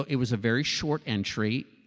it was a very short entry.